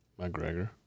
McGregor